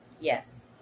Yes